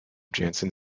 jansen